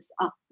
up